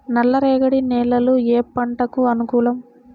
నల్ల రేగడి నేలలు ఏ పంటకు అనుకూలం?